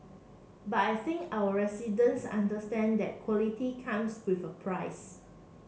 but I think our residents understand that quality comes with a price